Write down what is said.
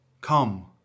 Come